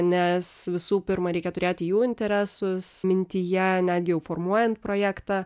nes visų pirma reikia turėti jų interesus mintyje netgi jau formuojant projektą